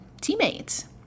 teammates